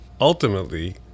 ultimately